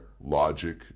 logic